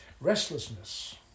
restlessness